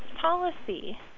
policy